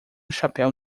chapéu